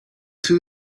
two